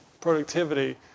productivity